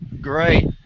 Great